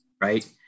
right